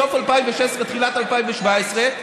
סוף 2016 תחילת 2017,